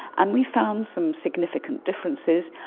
and we found some significant differences.